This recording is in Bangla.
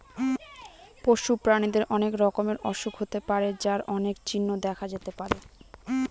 পশু প্রাণীদের অনেক রকমের অসুখ হতে পারে যার অনেক চিহ্ন দেখা যেতে পারে